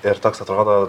ir toks atrodo